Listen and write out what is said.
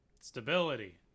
stability